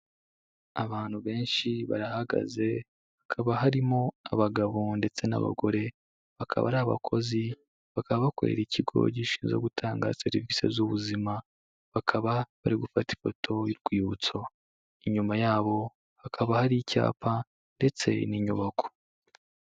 Abantu benshi barahagaze, hakaba harimo abagabo ndetse n'abagore, bakaba ari abakozi, bakaba bakorera ikigo gishinzwe gutanga serivisi z'ubuzima. Bakaba bari gufata ifoto y'urwibutso. Inyuma yabo hakaba hari icyapa ndetse n'inyubako.